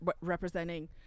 representing